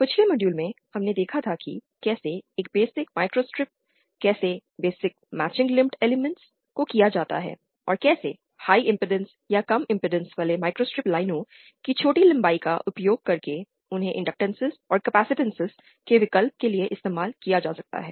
पिछले मॉड्यूल में हमने देखा था कि कैसे एक बेसिक माइक्रोस्ट्रिप कैसे बेसिक मैचिंग लंपड एलिमेंट्स को किया जा सकता है और कैसे हाई इमपेडेंस या कम इमपेडेंस वाले माइक्रोस्ट्रिप लाइनों की छोटी लंबाई का उपयोग करके उन्हें इंडक्टर्नस और कैपेसिटेंस के विकल्प के लिए इस्तेमाल किया जा सकता है